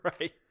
Right